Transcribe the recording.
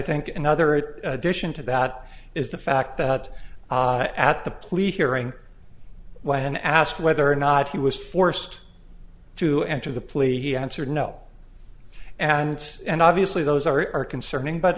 think in other it addition to that is the fact that at the police hearing when asked whether or not he was forced to enter the plea he answered no and and obviously those are concerning but